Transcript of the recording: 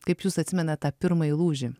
kaip jūs atsimenat tą pirmąjį lūžį